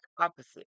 opposite